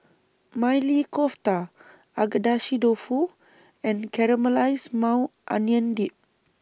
Maili Kofta Agedashi Dofu and Caramelized Maui Onion Dip